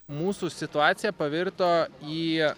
mūsų situacija pavirto į